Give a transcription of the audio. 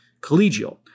collegial